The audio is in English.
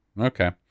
Okay